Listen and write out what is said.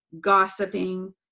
gossiping